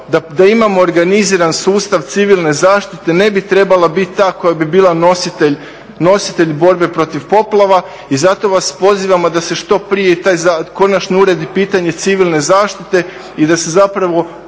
da imamo organiziran sustav civilne zaštite ne bi trebala biti ta koja bi bila nositelj borbe protiv poplava. I zato vas pozivamo da se što prije konačno uredi pitanje civilne zaštite i da se zapravo